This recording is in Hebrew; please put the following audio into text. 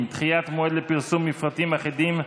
(דחיית מועד לפרסום מפרטים אחידים),